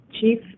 Chief